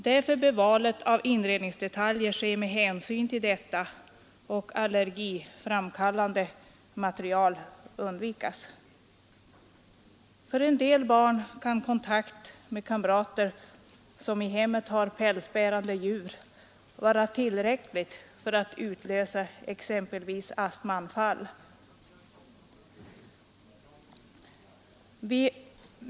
Därför bör valet av inredningsdetaljer ske med hänsyn till detta, och allergiframkallande material undvikas. För en del barn kan kontakt med kamrater som i hemmet har pälsbärande djur vara tillräcklig för att utlösa exempelvis astmaanfall.